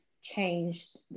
changed